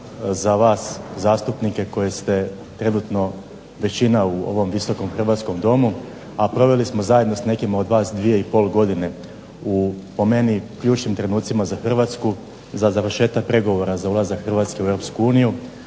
za vas zastupnike koje ste trenutno većina u ovom Visokom hrvatskom domu a proveli smo zajedno s nekima od vas dvije i pol godine u po meni ključnim trenucima za Hrvatsku, za završetak pregovora za ulazak Hrvatske u Europsku uniju,